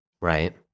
right